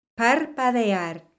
Parpadear